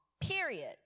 period